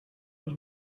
was